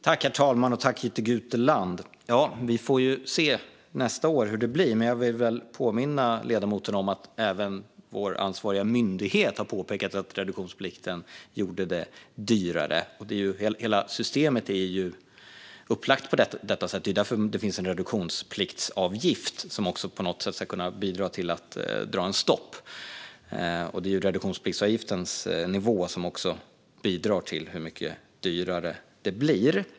Herr talman och Jytte Guteland! Vi får se nästa år hur det blir. Men jag vill påminna ledamoten om att även vår ansvariga myndighet har påpekat att reduktionsplikten gjorde bränslet dyrare. Hela systemet är uppbyggt på detta sätt. Det är därför det finns en reduktionspliktsavgift som på något sätt ska kunna bidra till att sätta stopp, och det är reduktionspliktsavgiftens nivå som också bidrar till hur mycket dyrare det blir.